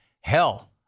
Hell